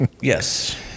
yes